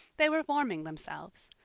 they were warming themselves.